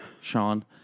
Sean